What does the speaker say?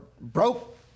broke